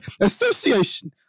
association